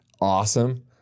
awesome